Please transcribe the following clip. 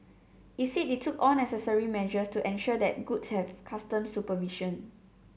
it said it took all necessary measures to ensure that goods have customs supervision